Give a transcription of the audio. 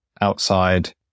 outside